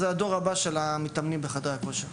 הם הדור הבא של מתאמני חדר הכושר.